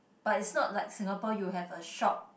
but it's not like Singapore you have a shop